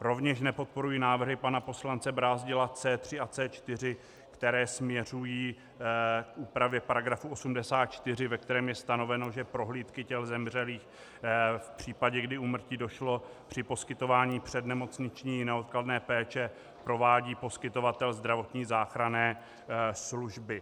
Rovněž nepodporuji návrhy pana poslance Brázdila C3 a C4, které směřují k úpravě § 84, ve kterém je stanoveno, že prohlídky těl zemřelých v případě, kdy k úmrtí došlo při poskytování přednemocniční neodkladné péče, provádí poskytovatel zdravotní záchranné služby.